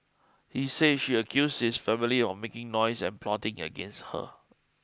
he say she accused his family of making noise and plotting against her